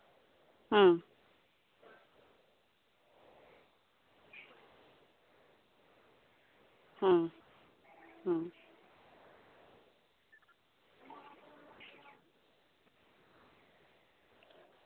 ᱦᱩᱸ ᱦᱩᱸ